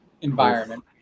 environment